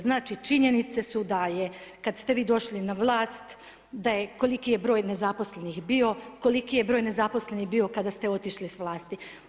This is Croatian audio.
Znači činjenice su da je kad ste vi došli na vlast, da je koliki je broj nezaposlenih bio, koliki je broj nezaposlenih bio kada ste otišli s vlasti.